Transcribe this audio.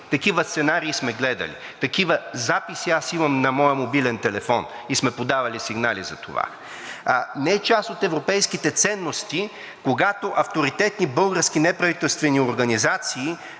Такива сценарии сме гледали. Такива записи аз имам на моя мобилен телефон и сме подавали сигнали за това. Не е част от европейските ценности, когато авторитетни български неправителствени организации